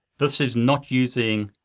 this is not using